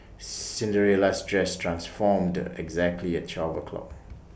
Cinderella's dress transformed exactly at twelve o'clock